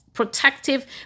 protective